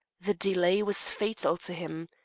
the delay was fatal to him.